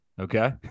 Okay